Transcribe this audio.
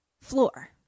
floor